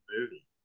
movie